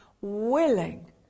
willing